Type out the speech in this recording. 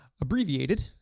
abbreviated